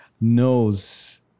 knows